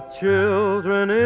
children